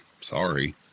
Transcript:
Sorry